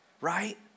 right